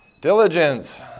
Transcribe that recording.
diligence